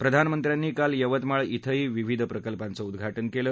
प्रधानमंत्र्यांनी काल यवतमाळ श्वेही विविध प्रकल्पाचं उद्घाटन केलं